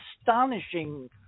astonishing